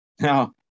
Now